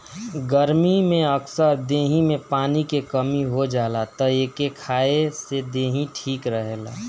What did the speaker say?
गरमी में अक्सर देहि में पानी के कमी हो जाला तअ एके खाए से देहि ठीक रहेला